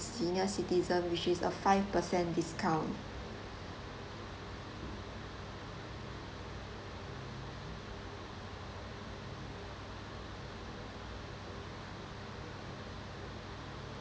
senior citizen which is a five percent discount